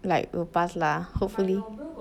like will pass lah hopefully